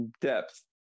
depth